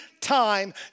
time